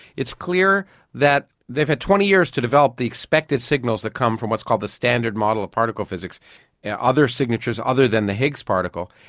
it's clear that they've had twenty years to develop the expected signals that come from what's called the standard model of particle physics. there are other signatures other than the higgs particle,